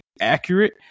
accurate